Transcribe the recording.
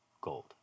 gold